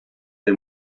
del